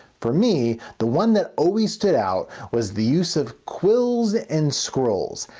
for me, the one that always stood out was the use of quills and scrolls.